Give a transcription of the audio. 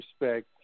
respect